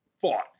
fought